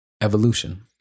evolution